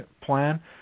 plan